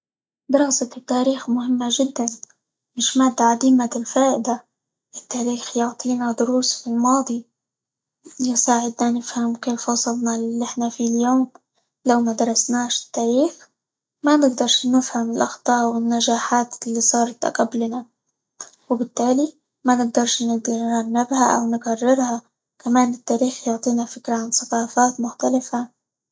دراسة التاريخ مهمة جدًا، مش مادة عديمة الفائدة، التاريخ يعطينا دروس في الماضي، يساعدنا نفهم كيف وصلنا للي إحنا فيه اليوم، لو ما درسناش التاريخ ما نقدرش نفهم الأخطاء، والنجاحات اللي صارت قبلنا، وبالتالي ما نقدرش -نت- نتجنبها، أو نكررها، كمان التاريخ يعطينا فكرة عن ثقافات مختلفة.